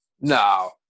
No